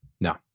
No